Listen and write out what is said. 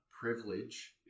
privilege